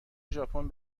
ژاپن